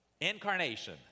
Incarnation